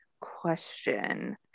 question